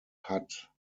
hat